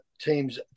teams